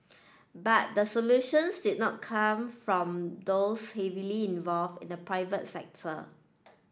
but the solutions did not come from those heavily involved in the private sector